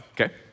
okay